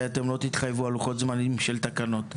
ואתם לא תתחייבו על לוחות זמנים של תקנות.